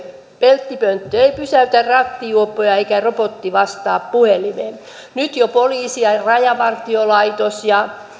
peltipönttö ei pysäytä rattijuoppoja eikä robotti vastaa puhelimeen nyt jo poliisi ja rajavartiolaitos ja